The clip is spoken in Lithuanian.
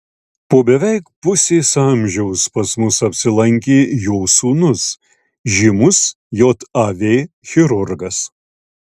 po beveik pusės amžiaus pas mus apsilankė jo sūnus žymus jav chirurgas